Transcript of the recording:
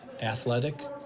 athletic